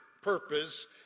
purpose